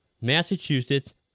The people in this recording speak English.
Massachusetts